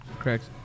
Correct